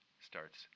starts